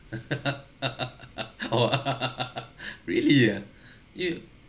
oh really ah